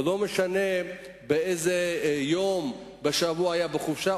ולא משנה באיזה יום בשבוע היו בחופשה,